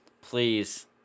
Please